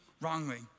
wrongly